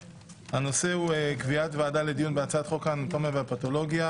הנושא הוא קביעת ועדה לדיון בהצעת חוק האנטומיה והפתולוגיה